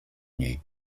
niej